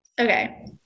Okay